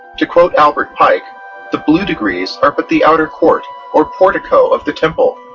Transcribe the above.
to quote albert pike the blue degrees are but the outer court or portico of the temple.